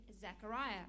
Zechariah